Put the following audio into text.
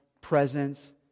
presence